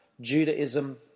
Judaism